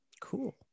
cool